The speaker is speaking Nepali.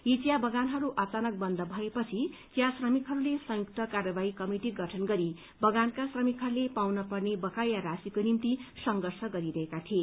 यी चिया बगानहरू अचानक बन्द भएपछि चिया श्रमिकहरूले संयुक्त कार्यवाही कमिटि गठन गरी बगानका श्रमिकहरूले पाउन पर्ने बकाया राशीको निम्ति संघर्ष गरिरहेका थिए